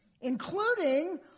including